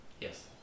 Yes